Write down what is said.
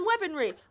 weaponry